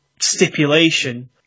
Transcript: stipulation